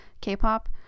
K-pop